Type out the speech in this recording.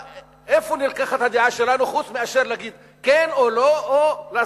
איפה מובאת בחשבון הדעה שלנו חוץ מאשר להגיד כן או לא ולעשות